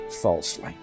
falsely